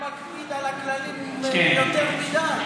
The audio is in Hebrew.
אולי הוא מקפיד על הכללים יותר מדי.